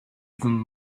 even